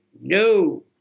No